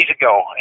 ago